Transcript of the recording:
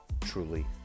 truly